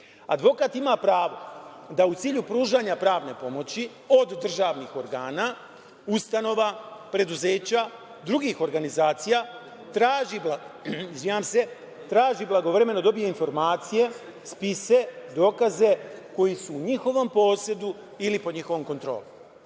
Advokat ima pravo da u cilju pružanja pravne pomoći od državnih organa, ustanova, preduzeća, drugih organizacija traži da blagovremeno dobije informacije, spise, dokaze koji su u njihovom posedu ili pod njihovom kontrolom.U